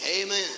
Amen